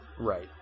Right